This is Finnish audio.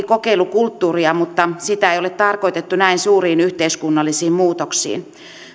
kokeilukulttuuria mutta sitä ei ole tarkoitettu näin suuriin yhteiskunnallisiin muutoksiin